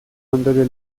ondorio